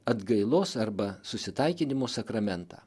atgailos arba susitaikinimo sakramentą